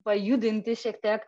pajudinti šiek tiek